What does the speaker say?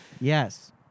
Yes